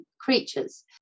creatures